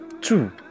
Two